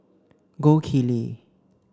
Gold Kili